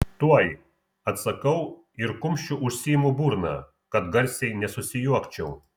tuoj atsakau ir kumščiu užsiimu burną kad garsiai nesusijuokčiau